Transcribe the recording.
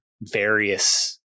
various